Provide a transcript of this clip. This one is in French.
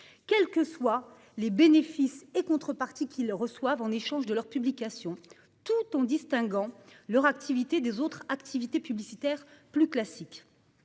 quels que soient les bénéfices et contreparties qu'ils reçoivent en échange de leurs publications, tout en distinguant leur activité des autres formes de publicité plus traditionnelles.